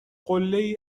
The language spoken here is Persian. قلهای